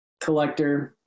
collector